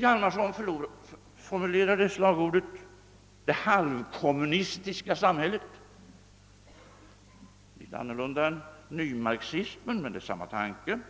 Hjalmarson formulerade slagordet »det halvkommunistiska samhället» — ett annorlunda uttryck än nymarxismen, men det är samma tanke.